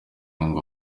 ngo